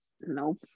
Nope